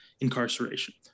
incarceration